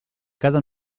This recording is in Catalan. cada